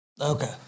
Okay